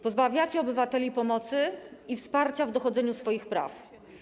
Pozbawiacie obywateli pomocy i wsparcia w dochodzeniu swoich praw.